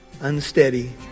unsteady